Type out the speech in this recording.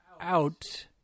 out